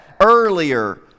earlier